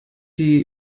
die